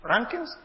Rankings